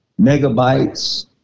megabytes